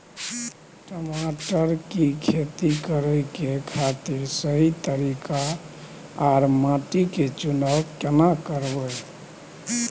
टमाटर की खेती करै के खातिर सही तरीका आर माटी के चुनाव केना करबै?